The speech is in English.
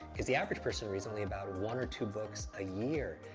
because the average person reads only about one or two books a year,